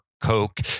Coke